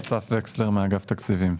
אסף וקסלר מאגף תקציבים.